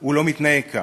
הוא לא מתנהג כך.